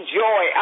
joy